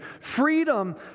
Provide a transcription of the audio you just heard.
Freedom